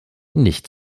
nicht